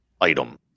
item